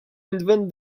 invent